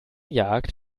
jagd